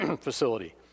facility